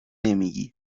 نمیگی